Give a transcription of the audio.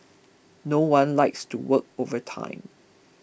no one likes to work overtime